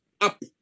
up